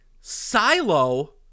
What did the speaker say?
Silo